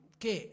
che